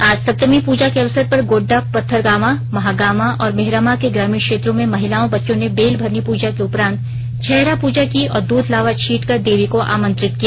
आज सप्तमी पूजा के अवसर पर गोड्डा पथरगामा महागामा और मेहरमा के ग्रामीण क्षेत्रों में महिलाओं बच्चों ने बेल भरनी पूजा के उपरांत छहरा पूजा की और दूध लावा छींटकर देवी को आमंत्रित किया